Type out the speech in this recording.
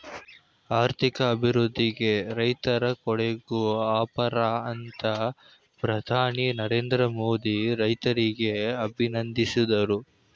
ಆರ್ಥಿಕ ಅಭಿವೃದ್ಧಿಗೆ ರೈತರ ಕೊಡುಗೆ ಅಪಾರ ಅಂತ ಪ್ರಧಾನಿ ನರೇಂದ್ರ ಮೋದಿ ರೈತರಿಗೆ ಅಭಿನಂದಿಸಿದರು